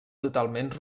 totalment